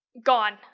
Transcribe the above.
Gone